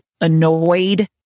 annoyed